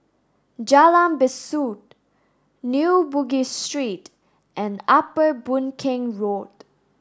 Jalan Besut New Bugis Street and Upper Boon Keng Road